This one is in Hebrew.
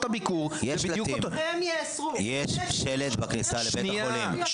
הביקור זה בדיוק --- יש שלט בכניסה לבית החולים: